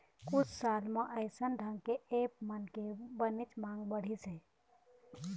कुछ साल म अइसन ढंग के ऐप मन के बनेच मांग बढ़िस हे